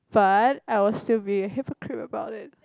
but I will still be a hypocrite about it